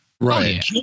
Right